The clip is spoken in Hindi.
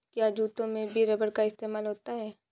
क्या जूतों में भी रबर का इस्तेमाल होता है?